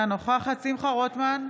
אינה נוכחת שמחה רוטמן,